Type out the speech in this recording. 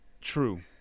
True